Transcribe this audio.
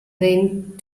bent